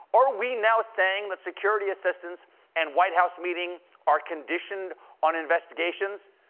are we now saying that security assistance and white house. meeting are conditioned on investigations?